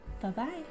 Bye-bye